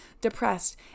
depressed